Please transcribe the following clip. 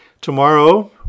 Tomorrow